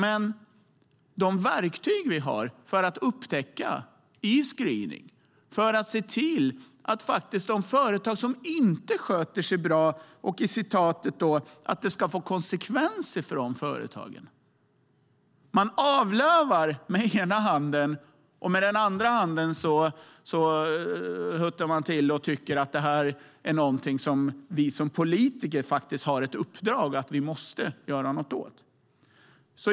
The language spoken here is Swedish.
Ett verktyg är screening, och om företag inte sköter sig bra ska det, som det sägs i citatet, få konsekvenser för de företagen. Man avlövar med den ena handen, och med den andra handen hötter man och menar att det här är någonting som vi politiker har ett uppdrag att göra något åt.